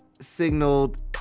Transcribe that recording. signaled